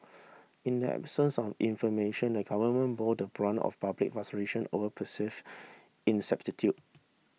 in the absence of information the government bore the brunt of public frustration over perceive ineptitude